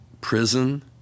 prison